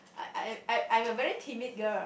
I I'm I I'm I'm a very timid girl